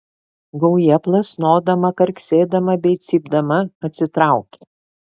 gauja plasnodama karksėdama bei cypdama atsitraukė